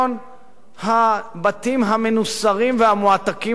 הבתים המנוסרים והמועתקים על גבי מסילות.